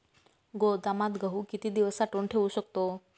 गोदामात गहू किती दिवस साठवून ठेवू शकतो?